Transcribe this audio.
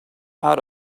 out